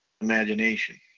imagination